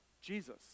Jesus